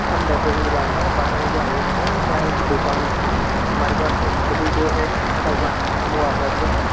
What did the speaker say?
हम दस बजे के बाद में बारह बजे आ जाएंगे क्या है कि दुकान हम हमारे पास में और भी जो है वर्कर है वह आ जाते हैं